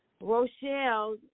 Rochelle